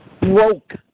broke